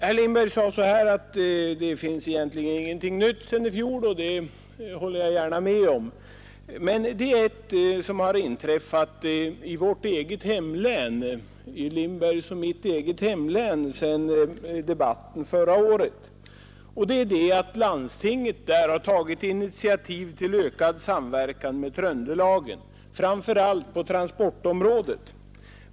Herr Lindberg sade, att det egentligen inte finns något nytt sedan i fjol, och det håller jag gärna med om. Men en sak har inträffat i herr Lindbergs och mitt eget hemlän efter debatten förra året. Landstinget har där tagit initiativ till ökad samverkan med Tröndelag, framför allt på transportområdet.